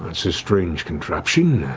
and so strange contraption.